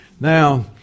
Now